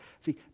See